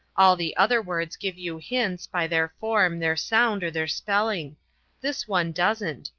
all the other words give you hints, by their form, their sound, or their spelling this one doesn't,